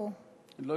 אני רק